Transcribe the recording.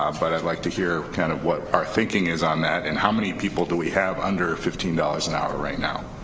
but i'd like to hear kind of what our thinking is on that. and how many people do we have under fifteen dollars an hour right now?